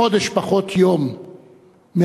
חודש פחות יום מהיום,